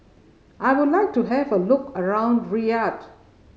I would like to have a look around Riyadh